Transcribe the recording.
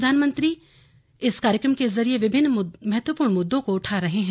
प्रधानमंत्री इस मासिक कार्यक्रम के जरिए विभिन्न महत्वपूर्ण मुद्दों को उठाते रहे हैं